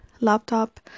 laptop